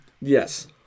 yes